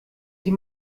sie